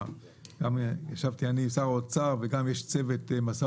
אני ישבתי עם שר האוצר וגם יש צוות משא